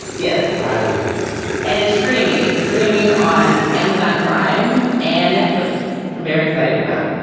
yes, highly recommended and it's streaming. it's streaming on amazon prime and netflix. i'm very excited about.